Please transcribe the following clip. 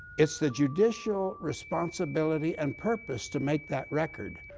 it's the judicial responsibility and purpose to make that record.